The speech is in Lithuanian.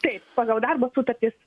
taip pagal darbo sutartis